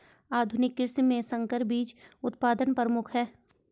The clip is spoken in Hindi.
आधुनिक कृषि में संकर बीज उत्पादन प्रमुख है